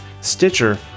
Stitcher